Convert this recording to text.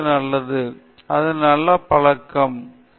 பேராசிரியர் பிரதாப் ஹரிதாஸ் இது ஒரு நல்ல பழக்கத்தை உருவாக்குகிறது